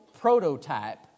prototype